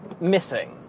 missing